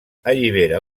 allibera